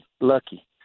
lucky